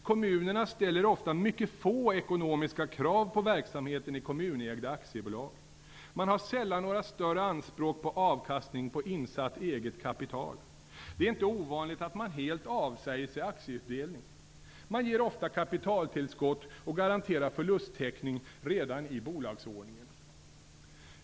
Kommunerna ställer ofta mycket få ekonomiska krav på verksamheten i kommunägda aktiebolag. Man har sällan några större anspråk på avkastning på insatt eget kapital. Det är inte ovanligt att man helt avsäger sig aktieutdelning. Man ger ofta kapitaltillskott och garanterar förlusttäckning redan i bolagsordningen.